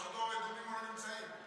פשוט אנשים לא נמצאים.